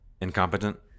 incompetent